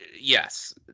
yes